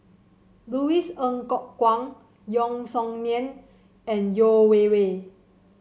Louis Ng Kok Kwang Yeo Song Nian and Yeo Wei Wei